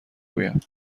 گویم